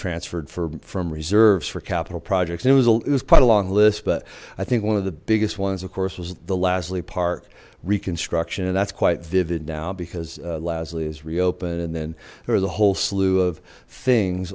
transferred for from reserves for capital projects it was a it was quite a long list but i think one of the biggest ones of course was the lastly park reconstruction and that's quite vivid now because lasley is reopened and then there was a whole slew of things